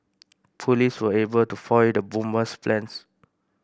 police were able to foil the bomber's plans